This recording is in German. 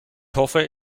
hoffe